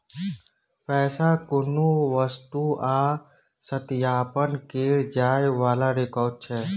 पैसा कुनु वस्तु आ सत्यापन केर जाइ बला रिकॉर्ड छै